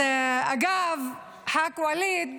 אגב, חבר הכנסת ואליד,